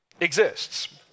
exists